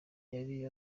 yari